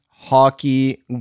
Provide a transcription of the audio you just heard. Hockey